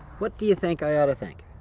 what do you think i ought to think?